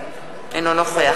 נגד אורית נוקד,